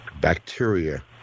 Bacteria